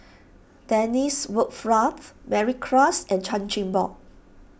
Dennis Bloodworth Mary Klass and Chan Chin Bock